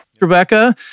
Rebecca